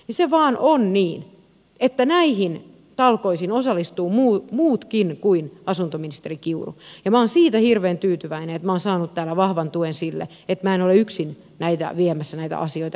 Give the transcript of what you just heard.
se vain on niin että näihin talkoisiin osallistuvat muutkin kuin asuntoministeri kiuru ja minä olen siitä hirveän tyytyväinen että minä olen saanut täällä vahvan tuen sille että minä en ole yksin viemässä näitä asioita eteenpäin